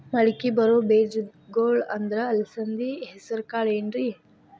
ಮಳಕಿ ಬರೋ ಬೇಜಗೊಳ್ ಅಂದ್ರ ಅಲಸಂಧಿ, ಹೆಸರ್ ಕಾಳ್ ಏನ್ರಿ?